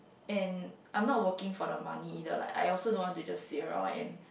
and I'm not working for the money either like I also don't want to just sit around and